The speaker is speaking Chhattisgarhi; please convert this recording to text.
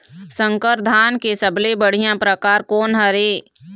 संकर धान के सबले बढ़िया परकार कोन हर ये?